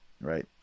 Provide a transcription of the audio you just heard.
right